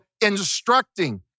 instructing